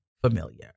familiar